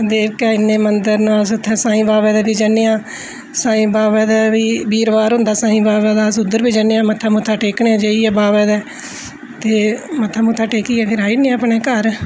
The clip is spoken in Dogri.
देवका इन्ने मंदर न उत्थै अस साईं बाबे दे बी जन्ने आं साईं बाबा बीरबार होंदा साईं बाबा दा अस उद्धर बी जन्ने मत्था मुत्था टेकने जेइयै बाबे दे ते मत्था मुत्था टेकियै फिर आई जन्ने आं अपने घर